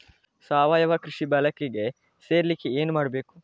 ಸಾವಯವ ಕೃಷಿ ಬಳಗಕ್ಕೆ ಸೇರ್ಲಿಕ್ಕೆ ಏನು ಮಾಡ್ಬೇಕು?